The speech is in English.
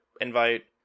invite